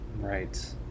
Right